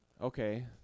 Okay